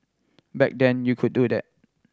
back then you could do that